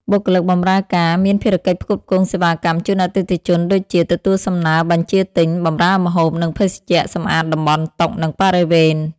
បុគ្គលិកបម្រើការ មានភារកិច្ចផ្គត់ផ្គង់សេវាកម្មជូនអតិថិជន ដូចជា ទទួលសំណើបញ្ជាទិញ បម្រើម្ហូប និងភេសជ្ជៈ សម្អាតតំបន់តុ និងបរិវេណ។